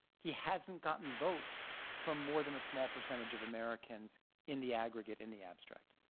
he hasn't gotten votes from more than a small percentage of americans in the aggregate, in the abstract.